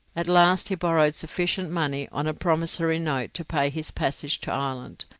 at last he borrowed sufficient money on a promissory note to pay his passage to ireland.